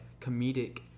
comedic